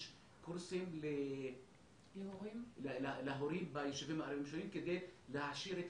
קורסים להורים ביישובים הערביים השונים כדי להעשיר את